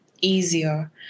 easier